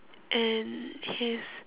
and his